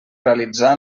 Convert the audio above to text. realitzar